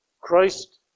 Christ